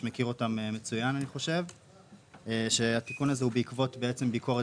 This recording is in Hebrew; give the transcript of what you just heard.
מכיר אותן מצוין התיקון הזה הוא בעקבות ביקורת